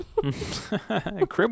crib